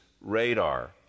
radar